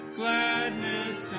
gladness